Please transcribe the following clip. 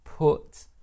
Put